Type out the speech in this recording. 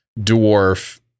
dwarf